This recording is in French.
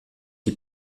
qui